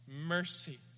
mercy